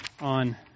on